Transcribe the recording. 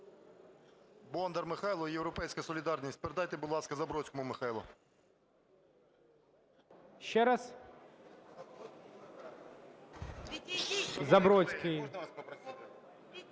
Бондар Михайло, "Європейська солідарність". Передайте, будь ласка, Забродському Михайлу. ГОЛОВУЮЧИЙ. Ще раз? Забродський.